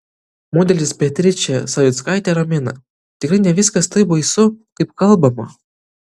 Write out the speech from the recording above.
modelis beatričė savickaitė ramina tikrai ne viskas taip baisu kaip kalbama